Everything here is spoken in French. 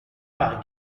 par